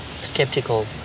skeptical